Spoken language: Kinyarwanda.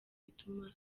bituma